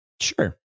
Sure